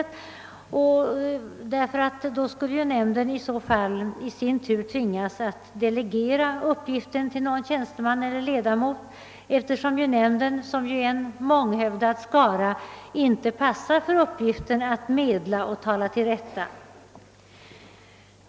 I så fall skulle nämnden i sin tur tvingas delegera uppgiften till någon tjänsteman eller ledamot, eftersom nämnden, som ju är en månghövdad skara, inte passar för uppgiften att medla och tala till rätta.